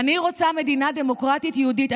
אני רוצה מדינה דמוקרטית יהודית.